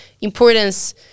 importance